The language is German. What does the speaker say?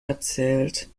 erzählt